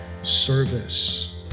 service